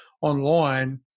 online